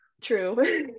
True